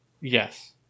yes